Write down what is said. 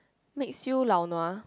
makes you lao nua